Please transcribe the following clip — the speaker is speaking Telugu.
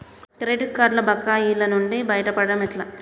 క్రెడిట్ కార్డుల బకాయిల నుండి బయటపడటం ఎట్లా?